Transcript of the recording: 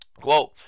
quote